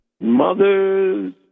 mother's